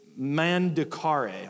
mandicare